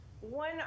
One